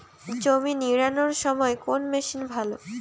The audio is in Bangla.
জমি নিড়ানোর জন্য কোন মেশিন ভালো?